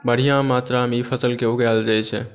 बढ़िया मात्रामे ई फसलकेॅं उगायल जाइ छै